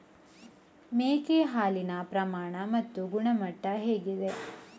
ಮೇಕೆ ಹಾಲಿನ ಪ್ರಮಾಣ ಮತ್ತು ಗುಣಮಟ್ಟ ಹೇಗಿದೆ?